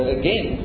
again